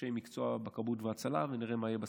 אנשי מקצוע בכבאות והצלה ונראה מה יהיה בסוף.